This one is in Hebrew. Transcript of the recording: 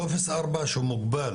טופס 4 שהוא מוגבל,